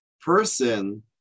person